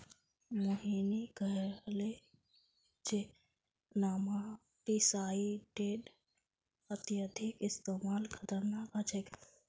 मोहिनी कहले जे नेमाटीसाइडेर अत्यधिक इस्तमाल खतरनाक ह छेक